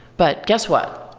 but guess what?